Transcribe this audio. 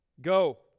Go